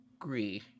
agree